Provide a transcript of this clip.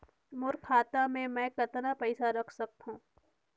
मोर खाता मे मै कतना पइसा रख सख्तो?